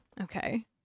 Okay